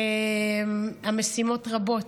המשימות רבות,